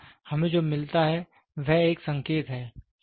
तो फिर हमें जो मिलता है वह एक संकेत है